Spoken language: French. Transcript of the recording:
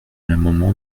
l’amendement